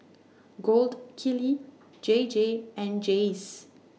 Gold Kili J J and Jays